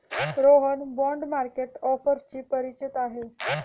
Rohan bond market ऑफर्सशी परिचित आहे